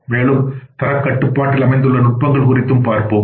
மேலும் தரக் கட்டுப்பாட்டில் அமைந்துள்ள நுட்பங்கள் குறித்தும் பார்ப்போம்